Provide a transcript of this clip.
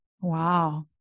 Wow